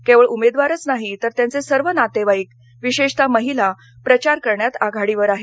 केवळ उमेदवारच नाही तर त्यांचे सर्व नातेवाईक विशेषतः महिला प्रचार करण्यात आघाडीवर आहेत